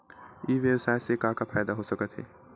ई व्यवसाय से का का फ़ायदा हो सकत हे?